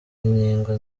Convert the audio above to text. inyigo